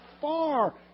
far